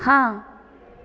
ਹਾਂ